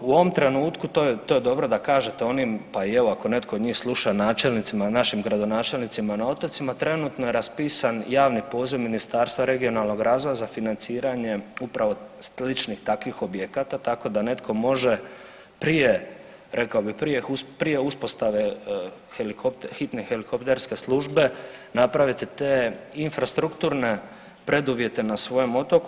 U ovom trenutku to je dobro da kažete onim pa evo i ako netko od njih sluša načelnicima našim gradonačelnicima na otocima trenutno je raspisan javni poziv Ministarstva regionalnog razvoja za financiranje upravo sličnih takvih objekata tako da netko može prije, rekao bih prije uspostave hitne helikopterske službe napraviti te infrastrukturne preduvjete na svojem otoku.